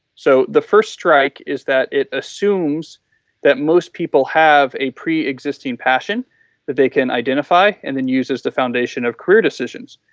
so, the first strike is that it assumes that most people have a preexisting passion that they can identify and then use as the foundation of clear decisions.